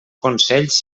consells